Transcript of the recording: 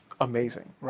amazing